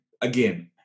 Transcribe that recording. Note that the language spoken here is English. again